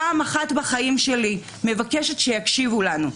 פעם אחת בחיים שלי מבקשת שיקשיבו לנו,